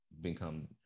become